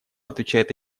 отвечает